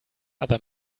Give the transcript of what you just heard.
other